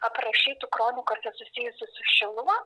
aprašytų kronikose susijusių su šiluva